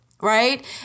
right